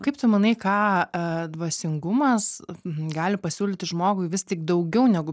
kaip tu manai ką a dvasingumas gali pasiūlyti žmogui vis tik daugiau negu